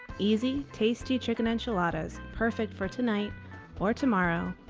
easy, tasty chicken enchiladas perfect for tonight or tomorrow,